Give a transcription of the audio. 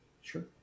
Sure